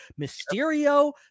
Mysterio